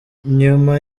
nyuma